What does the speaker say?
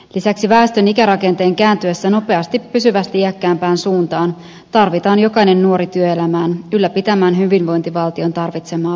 lisäksi väestön ikärakenteen kääntyessä nopeasti pysyvästi iäkkäämpään suuntaan tarvitaan jokainen nuori työelämään ylläpitämään hyvinvointivaltion tarvitsemaa veropohjaa